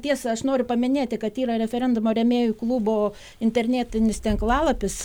tiesa aš noriu paminėti kad yra referendumo rėmėjų klubo internetinis tinklalapis